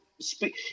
speak